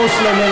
מוסלמים,